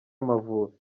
amavubi